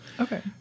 Okay